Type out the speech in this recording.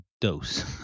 dose